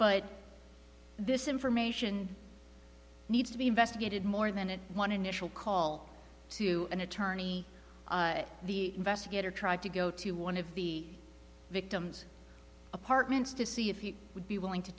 but this information needs to be investigated more than a one initial call to an attorney the investigator tried to go to one of the victim's apartments to see if you would be willing to